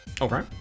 Okay